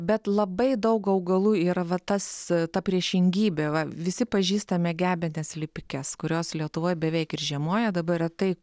bet labai daug augalų yra va tas ta priešingybė va visi pažįstame gebenes lipikes kurios lietuvoj beveik ir žiemoja dabar retai